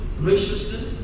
graciousness